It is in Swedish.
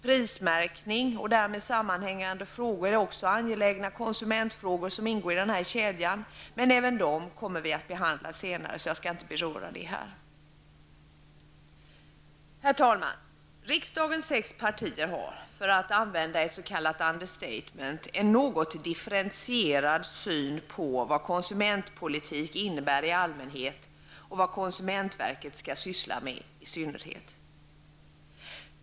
Prismärkning och därmed sammanhängande frågor är också angelägna konsumentfrågor, som ingår i den här kedjan, men även dessa kommer vi att behandla senare, varför jag inte skall ta upp dem här. Herr talman! Riksdagens sex partier har -- för att använda ett s.k. understatement -- en något differentierad syn på vad konsumentpolitik innebär i allmänhet och vad konsumentverket skall syssla med i synnerhet.